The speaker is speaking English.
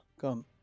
come